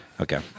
Okay